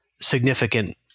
significant